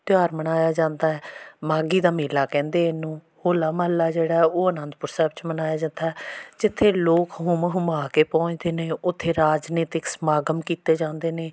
ਤਿਉਹਾਰ ਮਨਾਇਆ ਜਾਂਦਾ ਹੈ ਮਾਘੀ ਦਾ ਮੇਲਾ ਕਹਿੰਦੇ ਇਹਨੂੰ ਹੋਲਾ ਮਹੱਲਾ ਜਿਹੜਾ ਉਹ ਅਨੰਦਪੁਰ ਸਾਹਿਬ 'ਚ ਮਨਾਇਆ ਜਾਂਦਾ ਜਿੱਥੇ ਲੋਕ ਹੁੰਮ ਹੁਮਾ ਕੇ ਪਹੁੰਚਦੇ ਨੇ ਉੱਥੇ ਰਾਜਨੀਤਿਕ ਸਮਾਗਮ ਕੀਤੇ ਜਾਂਦੇ ਨੇ